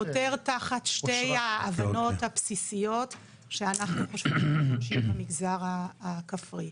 חותר תחת שתי --- הבסיסיות שאנחנו חושבים שיש במגזר הכפרי.